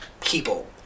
people